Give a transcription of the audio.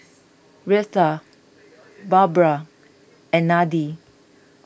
Reatha Barbra and Nadie